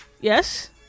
yes